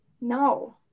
No